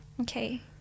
Okay